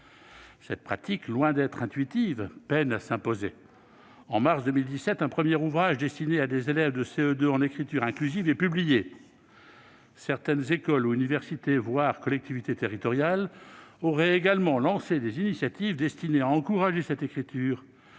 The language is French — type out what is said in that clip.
Cette pratique, loin d'être intuitive, peine à s'imposer. En mars 2017, un premier ouvrage destiné à des élèves de CE2 en écriture inclusive a été publié. Certaines écoles ou universités et même des collectivités territoriales auraient également lancé des initiatives destinées à encourager cette écriture.